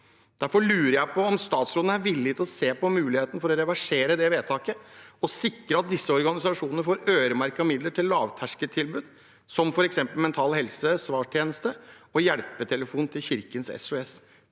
Derfor lurer jeg på om statsråden er villig til å se på muligheten for å reversere dette vedtaket og sikre at disse organisasjonene får øremerkede midler til lavterskeltilbud, som f.eks. Mental Helses svartjeneste og hjelpetelefonen til Kirkens SOS.